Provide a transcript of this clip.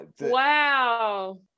wow